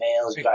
males